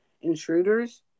intruders